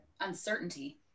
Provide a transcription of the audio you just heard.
uncertainty